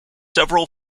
several